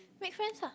make friends ah